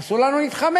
אסור לנו להתחמק.